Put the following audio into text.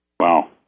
Wow